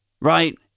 right